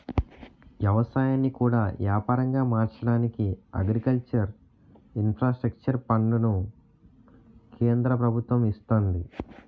ఎవసాయాన్ని కూడా యాపారంగా మార్చడానికి అగ్రికల్చర్ ఇన్ఫ్రాస్ట్రక్చర్ ఫండును కేంద్ర ప్రభుత్వము ఇస్తంది